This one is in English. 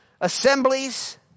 assemblies